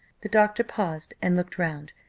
the doctor paused and looked round.